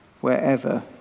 wherever